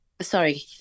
Sorry